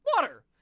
water